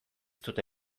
dute